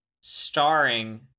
starring